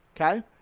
okay